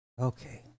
Okay